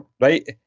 right